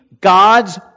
God's